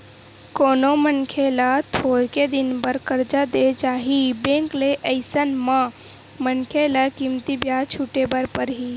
कोनो मनखे ल थोरके दिन बर करजा देय जाही बेंक ले अइसन म मनखे ल कमती बियाज छूटे बर परही